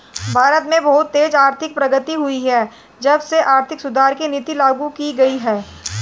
भारत में बहुत तेज आर्थिक प्रगति हुई है जब से आर्थिक सुधार की नीति लागू की गयी है